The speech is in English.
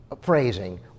phrasing